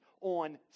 on